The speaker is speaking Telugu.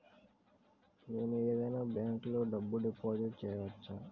నేను ఏదైనా బ్యాంక్లో డబ్బు డిపాజిట్ చేయవచ్చా?